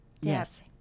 Yes